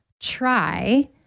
try